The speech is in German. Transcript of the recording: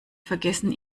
vergessen